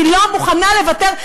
אני לא מוכנה לוותר.